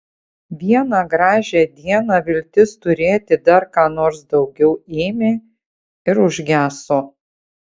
vieną gražią dieną viltis turėti dar ką nors daugiau ėmė ir užgeso